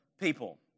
people